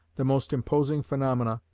the most imposing phaenomena,